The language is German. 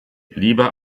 liebe